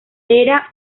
era